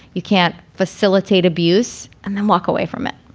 you can't facilitate abuse and then walk away from it.